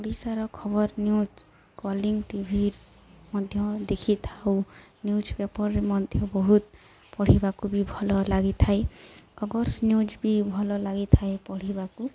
ଓଡ଼ିଶାର ଖବର news Kalinga TV ମଧ୍ୟ ଦେଖିଥାଉ ନ୍ୟୁଜ୍ ପେପରରେ ମଧ୍ୟ ବହୁତ ପଢ଼ିବାକୁ ବି ଭଲ ଲାଗିଥାଏ ଅଗର୍ସ ନ୍ୟୁଜ୍ ବି ଭଲ ଲାଗିଥାଏ ପଢ଼ିବାକୁ